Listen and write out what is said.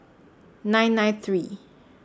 nine nine three